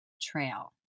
Trail